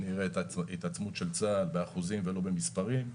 נראה את ההתעצמות של צה"ל באחוזים ולא במספרים.